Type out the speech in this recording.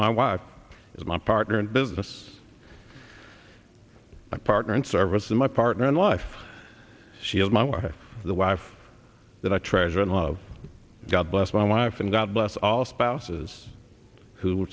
my wife is my partner in business my partner in service and my partner in life shield my wife the wife that i treasure and love god bless my wife and god bless all spouses who